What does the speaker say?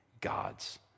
God's